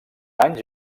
anys